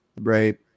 right